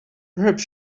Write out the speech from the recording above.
perhaps